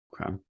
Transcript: Okay